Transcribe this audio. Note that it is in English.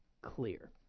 clear